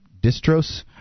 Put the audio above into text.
distros